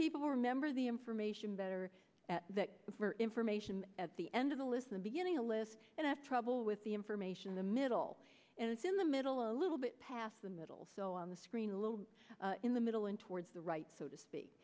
people remember the information better at that information at the end of the listen beginning a list and have trouble with the information in the middle and it's in the middle a little bit past the middle so on the screen a little in the middle and towards the right so to speak